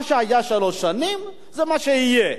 מה שהיה שלוש שנים, זה מה שיהיה.